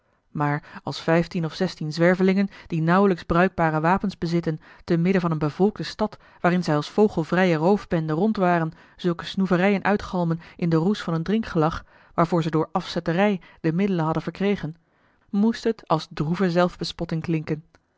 maar als vijftien of zestien zwervelingen die nauwelijks bruikbare wapens bezitten te midden van eene bevolkte stad waarin zij als vogelvrije roofbende rondwaren zulke snoeverijen uitgalmen in den roes van een drinkgelag waarvoor ze door afzetterij de middelen hadden verkregen moest het als droeve zelfbespotting klinken